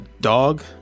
dog